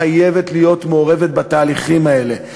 חייבת להיות מעורבת בתהליכים האלה,